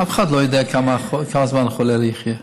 אף אחד לא יודע כמה זמן החולה יחיה,